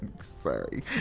Sorry